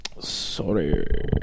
sorry